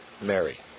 Mary